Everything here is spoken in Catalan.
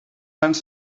sants